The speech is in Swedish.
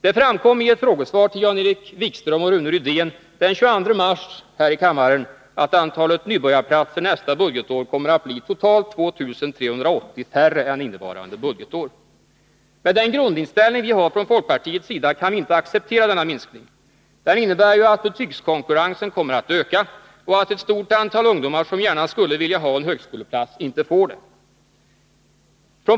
Det framkom i ett frågesvar här i kammaren till Jan-Erik Wikström och Rune Rydén den 22 mars 1983 att nybörjarplatserna nästa budgetår kommer att bli totalt 2 380 färre än innevarande budgetår. Med den grundinställning folkpartiet har kan vi inte acceptera denna minskning. Den innebär ju att betygskonkurrensen kommer att öka och att ett stort antal ungdomar som gärna skulle vilja ha en högskoleplats inte får det.